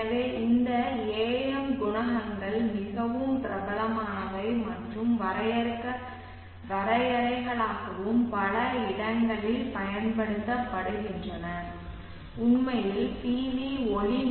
எனவே இந்த AM குணகங்கள் மிகவும் பிரபலமானவை மற்றும் வரையறைகளாகவும் பல இடங்களிலும் பயன்படுத்தப்படுகின்றன உண்மையில் பி